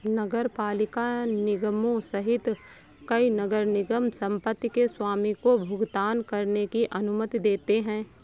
नगरपालिका निगमों सहित कई नगर निगम संपत्ति के स्वामी को भुगतान करने की अनुमति देते हैं